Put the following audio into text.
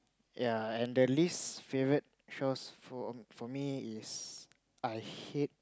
ya and the least favorite chores for for me is I hate